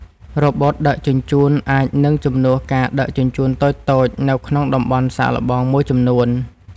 រ៉ូបូតដឹកជញ្ជូន អាចនឹងជំនួសការដឹកជញ្ជូនតូចៗនៅក្នុងតំបន់សាកល្បងមួយចំនួន។